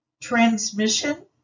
Transmission